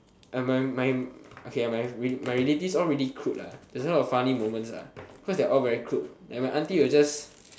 uh my my okay my rel~ relative all really crude lah there's a lot of funny moments ah cause they are all very crude like my auntie will just